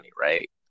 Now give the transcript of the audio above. right